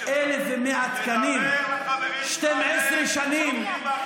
סגן השר יואב סגלוביץ'?